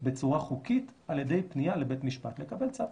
בצורה חוקית על ידי פנייה לבית משפט לקבל צו.